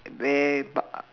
they bu~